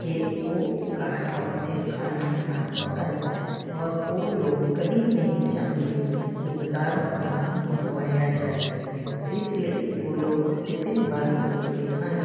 ਕਿ ਉਹ ਘਰ ਆਪਣੇ ਖਾਣਾ ਬਣਾ ਸਕਣ ਔਰ ਉਹ ਲੋਕ ਕਦੀ ਨਹੀਂ ਚਾਹੁੰਦੇ ਕਿ ਬਾਜ਼ਾਰੋਂ ਖਾਣਾ ਮੰਗਵਾਇਆ ਜਾਏ ਇਸ ਲਈ ਉਹ ਲੋਕ ਟਿਫਨ ਵੱਲ ਦੌੜਦੇ ਹਨ